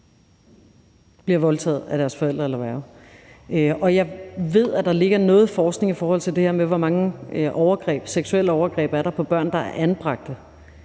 bliver voldtaget af deres forældre eller værge. Jeg ved, at der ligger noget forskning i forhold til det her med, hvor mange seksuelle overgreb der er på børn, der er anbragte,